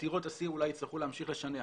עתירות אסיר אולי יצטרכו להמשיך לשנע,